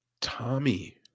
Tommy